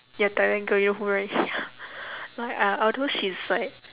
ya thailand girl you know who right like uh although she's like